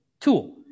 tool